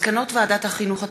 מסקנות ועדת החינוך,